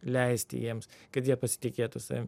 leisti jiems kad jie pasitikėtų savim